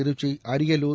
Trichy Ariyalur